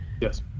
Yes